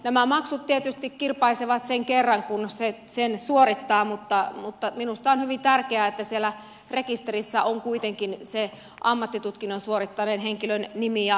nämä maksut tietysti kirpaisevat sen kerran kun ne suorittaa mutta minusta on hyvin tärkeää että siellä rekisterissä on kuitenkin se ammattitutkinnon suorittaneen henkilön nimi ja tiedot